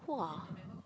!wah!